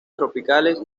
tropicales